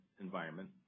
environment